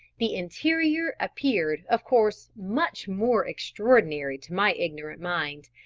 the interior appeared of course much more extraordinary to my ignorant mind.